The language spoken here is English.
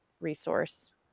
resource